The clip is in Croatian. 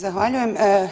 Zahvaljujem.